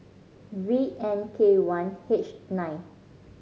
V N K one H nine